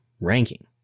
ranking